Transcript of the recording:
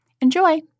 Enjoy